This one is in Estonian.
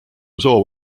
soov